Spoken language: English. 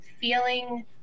feeling